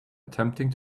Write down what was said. attempting